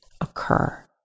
occur